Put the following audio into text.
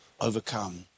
overcome